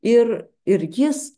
ir ir jis